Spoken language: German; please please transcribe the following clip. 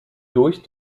durch